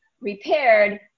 repaired